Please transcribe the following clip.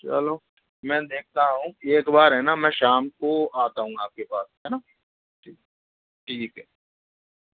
चलो मैं देखता हूँ एक बार है ना मैं शाम को आता हूँ आपके पास है न ठीक है